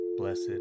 Blessed